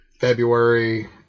February